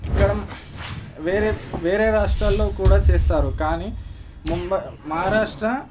ఇక్కడ వేరే వేరే రాష్ట్రాల్లో కూడా చేస్తారు కానీ ముంబై మహారాష్ట్ర